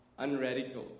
unradical